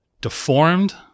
deformed